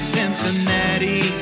Cincinnati